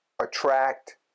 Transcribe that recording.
attract